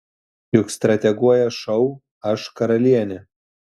juk strateguoja šou aš karalienė